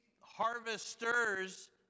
harvesters